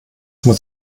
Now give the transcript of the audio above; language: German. muss